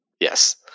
Yes